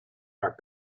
are